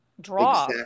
draw